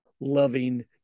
loving